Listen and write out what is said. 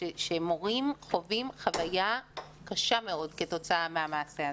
שמורים חווים חוויה קשה מאוד כתוצאה מהמעשה הזה.